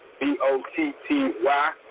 B-O-T-T-Y